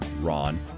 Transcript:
Ron